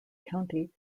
county